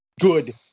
good